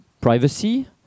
privacy